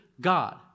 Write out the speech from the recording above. God